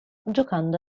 giocando